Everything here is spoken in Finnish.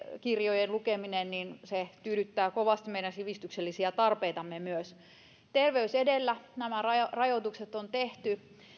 kirjojen lukeminen tyydyttää kovasti myös meidän sivistyksellisiä tarpeitamme terveys edellä nämä rajoitukset on tehty